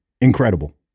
Incredible